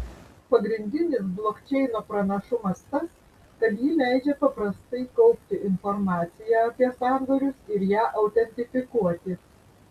pagrindinis blokčeino pranašumas tas kad ji leidžia paprastai kaupti informaciją apie sandorius ir ją autentifikuoti